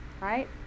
right